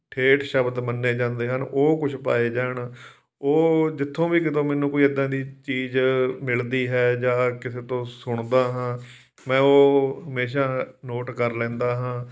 ਠੇਠ ਸ਼ਬਦ ਮੰਨੇ ਜਾਂਦੇ ਹਨ ਉਹ ਕੁਝ ਪਾਏ ਜਾਣ ਉਹ ਜਿੱਥੋਂ ਵੀ ਕਿਤੋਂ ਮੈਨੂੰ ਕੋਈ ਇੱਦਾਂ ਦੀ ਚੀਜ਼ ਮਿਲਦੀ ਹੈ ਜਾਂ ਕਿਸੇ ਤੋਂ ਸੁਣਦਾ ਹਾਂ ਮੈਂ ਉਹ ਹਮੇਸ਼ਾ ਨੋਟ ਕਰ ਲੈਂਦਾ ਹਾਂ